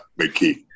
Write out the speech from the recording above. McKee